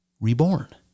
reborn